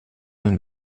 nun